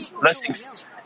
blessings